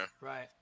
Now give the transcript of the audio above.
Right